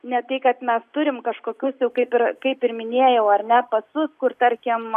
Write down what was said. ne tai kad mes turie kažkokius jau kaip yra kaip ir minėjau ar ne pasus kur tarkim